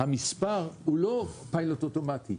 המספר הוא לא פיילוט אוטומטי.